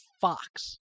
Fox